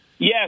Yes